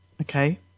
Okay